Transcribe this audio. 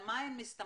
על מה הן מסתמכות?